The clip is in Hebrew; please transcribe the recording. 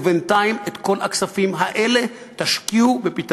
ובינתיים תשקיעו את כל הכספים האלה בפתרון